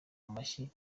amashyi